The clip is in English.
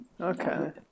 Okay